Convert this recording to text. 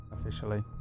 officially